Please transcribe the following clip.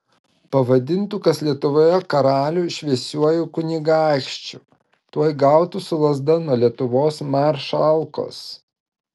pavadintų kas lietuvoje karalių šviesiuoju kunigaikščiu tuoj gautų su lazda nuo lietuvos maršalkos